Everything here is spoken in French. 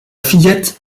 fillette